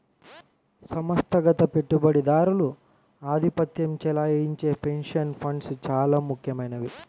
సంస్థాగత పెట్టుబడిదారులు ఆధిపత్యం చెలాయించే పెన్షన్ ఫండ్స్ చాలా ముఖ్యమైనవి